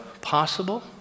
possible